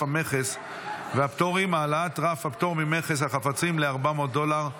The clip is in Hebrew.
המכס והפטורים (העלאת רף הפטור ממכס על חפצים ל-400 דולר),